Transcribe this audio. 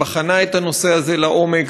שבחנה את הנושא הזה לעומק,